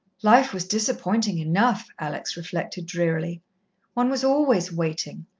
life was disappointing enough, alex reflected drearily one was always waiting,